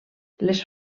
les